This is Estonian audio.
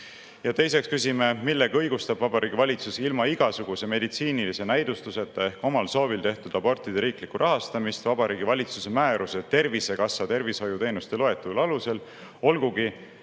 Teiseks küsime, millega õigustab Vabariigi Valitsus ilma igasuguse meditsiinilise näidustuseta ehk omal soovil tehtud abortide riiklikku rahastamist Vabariigi Valitsuse määruse "Tervisekassa tervishoiuteenuste loetelu" alusel,